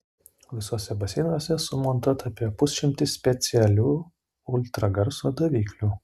visuose baseinuose sumontuota apie pusšimtis specialių ultragarso daviklių